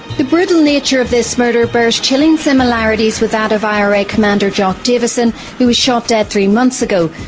the brutal nature of this murder bears chilling similarities with that of ira commander jock davison who was shot dead three months ago.